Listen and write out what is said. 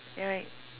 right